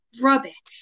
rubbish